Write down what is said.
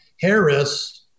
Harris